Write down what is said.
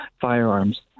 firearms